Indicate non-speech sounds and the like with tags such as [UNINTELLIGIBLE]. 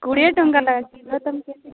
କୋଡ଼ିଏ ଟଙ୍କା [UNINTELLIGIBLE] ତମେ କେତେ [UNINTELLIGIBLE]